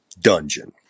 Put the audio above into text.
dungeon